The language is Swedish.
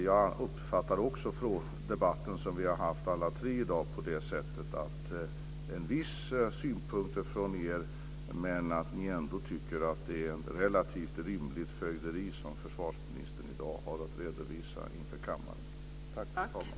Jag uppfattar också den debatt vi tre har fört i dag på det sättet att ni har vissa synpunkter men att ni ändå tycker att det är ett relativt rimligt fögderi som försvarsministern i dag har att redovisa inför kammaren.